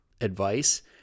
advice